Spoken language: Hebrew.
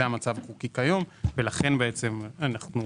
זה המצב החוקי היום ולכן אנחנו חושבים